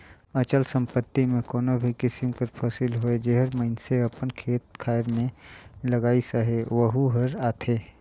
अचल संपत्ति में कोनो भी किसिम कर फसिल होए जेहर मइनसे अपन खेत खाएर में लगाइस अहे वहूँ हर आथे